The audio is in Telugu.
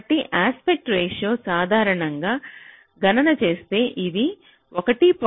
కాబట్టి యస్పెట్ రేషియో సాధారణ గణన చేస్తే అది 1